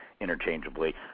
interchangeably